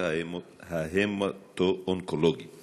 מהמחלקה ההמטו-אונקולוגית